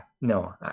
no